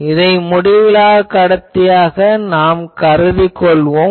இதை முடிவிலாக் கடத்தியாக நாம் கருதிக் கொள்வோம்